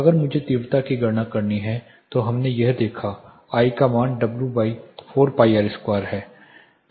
अगर मुझे तीव्रता की गणना करनी है तो हमने इसे देखा I का मान W 4 pi r2 है